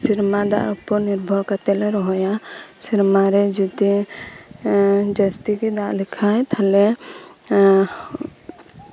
ᱥᱮᱨᱢᱟ ᱫᱟᱜ ᱩᱯᱚᱨ ᱱᱤᱨᱵᱷᱚᱨ ᱠᱟᱛᱮᱫ ᱞᱮ ᱨᱚᱦᱚᱭᱟ ᱥᱮᱨᱢᱟᱨᱮ ᱡᱚᱫᱤ ᱡᱟᱹᱥᱛᱤ ᱛᱮ ᱫᱟᱜ ᱞᱮᱠᱷᱟᱱ ᱛᱟᱦᱚᱞᱮ ᱮᱫ